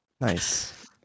Nice